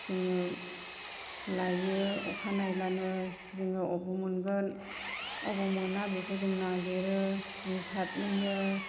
जोङो लायो अखा नायब्लानो जोङो अबाव मोनगोन अबाव मोना बेखौ जों नागिरो जों सारहैयो